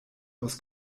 aus